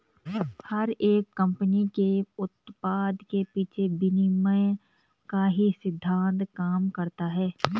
हर एक कम्पनी के उत्पाद के पीछे विनिमय का ही सिद्धान्त काम करता है